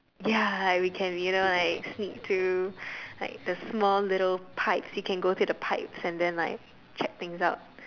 ya we can you know like sneak to like a small little pulp we can go to the pulp and then like check things out